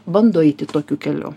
bando eiti tokiu keliu